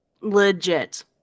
legit